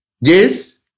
Yes